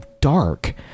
dark